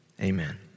Amen